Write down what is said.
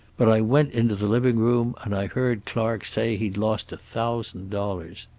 but i went into the living-room, and i heard clark say he'd lost a thousand dollars.